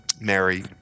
Mary